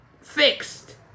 fixed